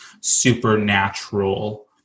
supernatural